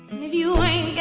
you yeah